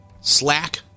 Slack